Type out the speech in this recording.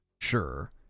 Sure